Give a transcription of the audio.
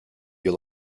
you